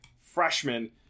freshman